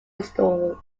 restored